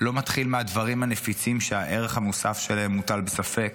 לא מתחיל מהדברים הנפיצים שהערך המוסף שלהם מוטל בספק.